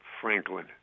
Franklin